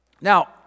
Now